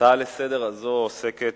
ההצעה לסדר-היום הזאת עוסקת